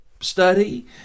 study